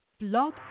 Blog